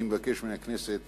אני מבקש מן הכנסת